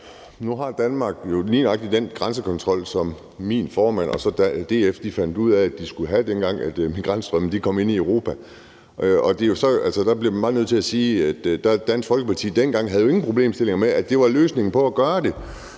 Nu har Danmark jo lige nøjagtig den der grænsekontrol, som min formand og så DF fandt ud af man skulle have, dengang migrantstrømmene kom ind i Europa. Der bliver man bare nødt til at sige, at Dansk Folkeparti dengang jo ikke havde noget problem med at sige, at det var måden at gøre det